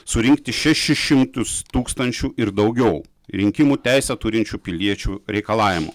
surinkti šešis šimtus tūkstančių ir daugiau rinkimų teisę turinčių piliečių reikalavimų